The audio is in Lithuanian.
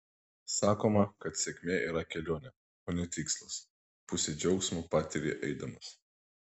sakoma kad sėkmė yra kelionė o ne tikslas pusę džiaugsmo patiri eidamas